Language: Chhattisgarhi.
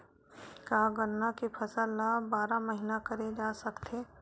का गन्ना के फसल ल बारह महीन करे जा सकथे?